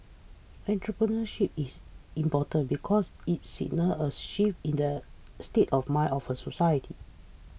entrepreneurship is important because it signals a shift in the state of mind of a society